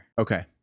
Okay